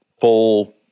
full